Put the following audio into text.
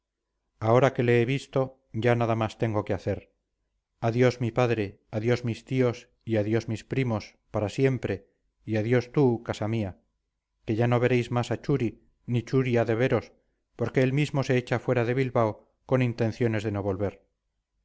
ahora que le he visto ya nada más tengo que hacer adiós mi padre adiós mis tíos y adiós mis primos para siempre y adiós tú casa mía que ya no veréis más a churi ni churi ha de veros porque él mismo se echa fuera de bilbao con intenciones de no volver